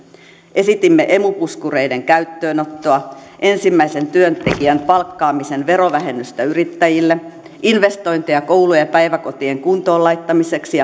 esitimme emu puskureiden käyttöönottoa ensimmäisen työntekijän palkkaamisen verovähennystä yrittäjille investointeja koulujen ja päiväkotien kuntoon laittamiseksi